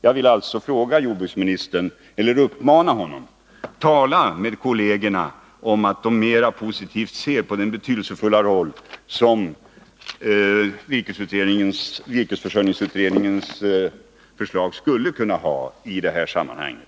Jag vill alltså uppmana jordbruksministern: Tala med kollegerna om att de skall se mer positivt på den betydelsefulla roll som virkesförsörjningsutredningens förslag skulle kunna spela i det här sammanhanget.